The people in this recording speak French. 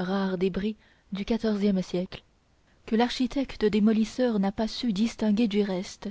rare débris du quatorzième siècle que l'architecte démolisseur n'a pas su distinguer du reste